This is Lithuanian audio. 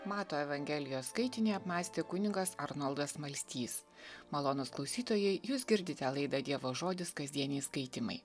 mato evangelijos skaitinį apmąstė kunigas arnoldas smalstys malonūs klausytojai jūs girdite laidą dievo žodis kasdieniai skaitymai